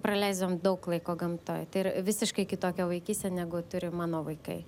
praleisdavom daug laiko gamtoj tai yra visiškai kitokia vaikystė negu turi mano vaikai